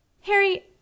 Harry